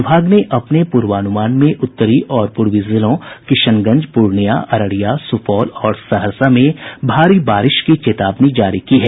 विभाग ने अपने पूर्वानुमान में उत्तरी और पूर्वी जिलों किशनगंज पूर्णियां अररिया सुपौल और सहरसा में भारी बारिश की चेतावनी जारी की है